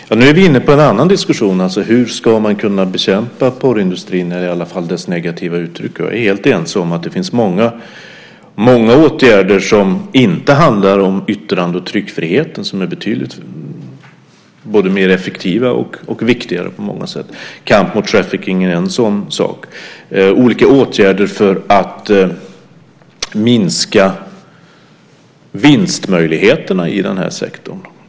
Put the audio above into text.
Fru talman! Nu är vi inne på en annan diskussion som handlar om hur man ska kunna bekämpa porrindustrin eller hur som helst dess negativa uttryck. Vi är helt ense om att det finns många åtgärder som inte rör yttrandefrihet eller tryckfrihet och som är både effektivare och viktigare på många sätt. Kamp mot trafficking är en sådan sak. Det finns också åtgärder för att minska vinstmöjligheterna inom porrsektorn.